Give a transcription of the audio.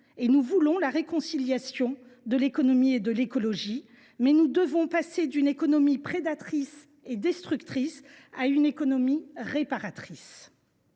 nous croyons à la réconciliation entre l’économie et l’écologie. Nous devons passer d’une économie prédatrice et destructrice à une économie réparatrice,